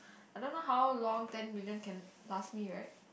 I don't know how long ten million can last me right